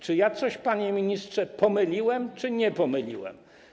Czy ja coś, panie ministrze, pomyliłem, czy nie pomyliłem?